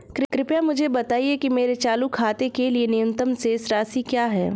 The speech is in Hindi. कृपया मुझे बताएं कि मेरे चालू खाते के लिए न्यूनतम शेष राशि क्या है